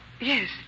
yes